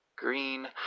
green